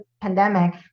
pandemic